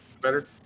Better